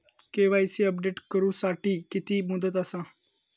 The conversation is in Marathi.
के.वाय.सी अपडेट करू साठी किती मुदत आसा?